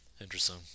Interesting